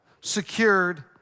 secured